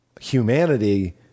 Humanity